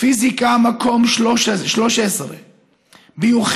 פיזיקה מקום 13, ביוכימיה,